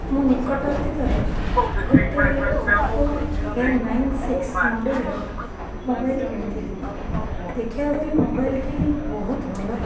ମୁଁ ନିକଟ ଅତୀତରେ ଗୋଟେ Oppo A nine six model ର ମୋବାଇଲ୍ କିଣିଥିଲି ଦେଖିବାକୁଗଲେ ମୋବାଇଲ୍ ଟି ବହୁତ ଭଲ